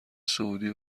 سعودی